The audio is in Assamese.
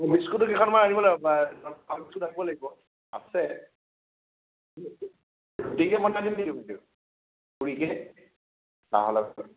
বিস্কুতো কেইখনমান আনিব পুৰিকে চাহৰ লগত